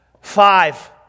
Five